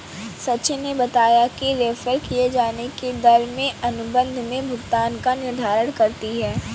सचिन ने बताया कि रेफेर किये जाने की दर में अनुबंध में भुगतान का निर्धारण करती है